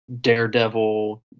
Daredevil